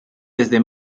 desde